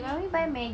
Maggi